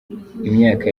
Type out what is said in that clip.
imyaka